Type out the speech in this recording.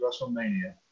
Wrestlemania